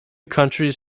countries